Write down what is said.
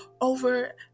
over